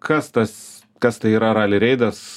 kas tas kas tai yra rali reidas